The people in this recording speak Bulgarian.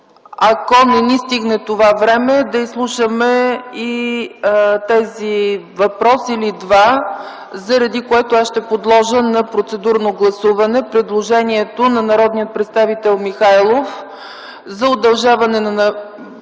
ако не ни стигне това време да изслушаме и тези въпрос или два, заради което ще подложа на процедурно гласуване предложението на народния представител Михайлов за удължаване на